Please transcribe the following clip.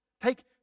Take